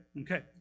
Okay